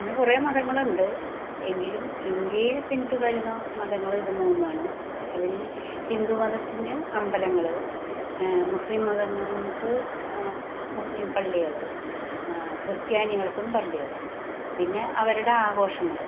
അങ്ങനെ കുറേ മതങ്ങളുണ്ട് എങ്കിലും ഇന്ത്യയിൽ പിന്തുടരുന്ന മതങ്ങൾ ഇത് മൂന്നുമാണ് അതിൽ ഹിന്ദു മതത്തിൻ്റെ അമ്പലങ്ങൾ മുസ്ലിം മതങ്ങൾക്ക് മുസ്ലിം പള്ളികൾ ക്രിസ്ത്യാനികൾക്കും പള്ളികൾ പിന്നെ അവരുടെ ആഘോഷങ്ങൾ